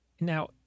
Now